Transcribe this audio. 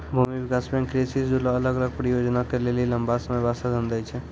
भूमि विकास बैंक कृषि से जुड़लो अलग अलग परियोजना के लेली लंबा समय बास्ते धन दै छै